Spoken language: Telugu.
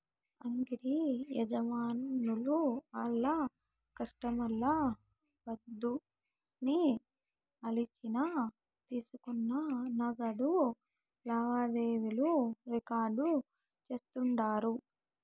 అంగిడి యజమానులు ఆళ్ల కస్టమర్ల పద్దుల్ని ఆలిచ్చిన తీసుకున్న నగదు లావాదేవీలు రికార్డు చేస్తుండారు